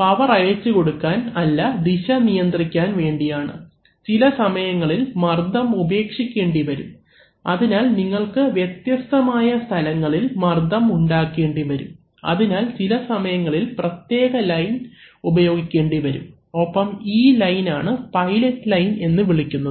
power അയച്ചുകൊടുക്കാൻ അല്ല ദിശ നിയന്ത്രിക്കാൻ വേണ്ടിയാണ് ചിലസമയങ്ങളിൽ മർദ്ദം ഉപേക്ഷിക്കേണ്ടിവരും അതിനാൽ നിങ്ങൾക്ക് വ്യത്യസ്തമായ സ്ഥലങ്ങളിൽ മർദ്ദം ഉണ്ടാക്കേണ്ടിവരും അതിനാൽ ചിലസമയങ്ങളിൽ പ്രത്യേക ലൈൻ ഉപയോഗിക്കേണ്ടിവരും ഒപ്പം ഈ ലൈൻ ആണ് പൈലറ്റ് ലൈൻ എന്ന് വിളിക്കുന്നത്